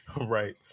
Right